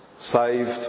saved